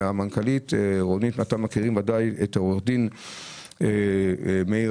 אתם ודאי מכירים את עורכת הדין גליה מאיר